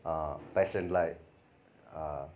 पेसेन्टलाई